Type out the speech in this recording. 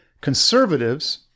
conservatives